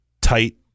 tight